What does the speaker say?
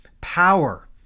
power